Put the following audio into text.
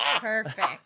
Perfect